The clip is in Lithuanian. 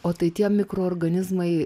o tai tie mikroorganizmai